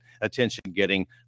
attention-getting